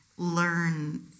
learn